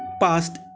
past